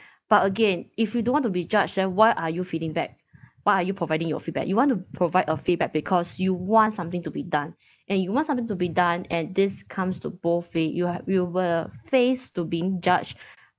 but again if you don't want to be judged then why are you feeding back why are you providing your feedback you want to provide a feedback because you want something to be done and you want something to be done and this comes to both way you have you will face to being judged